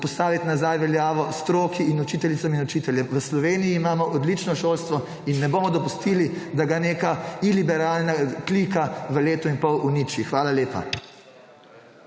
postavit nazaj veljavo stroki in učiteljicam in učiteljem. V Sloveniji imamo odlično šolstvo in ne bomo dopustili, da ga neka iliberalna klika v letu in pol uniči. Hvala lepa.